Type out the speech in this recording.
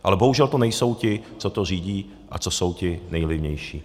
Ale bohužel to nejsou ti, co to řídí a co jsou ti nejvlivnější.